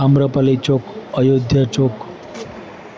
Amrapali Chowk Ayodhya Chowk